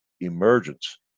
emergence